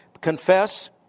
Confess